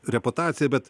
reputaciją bet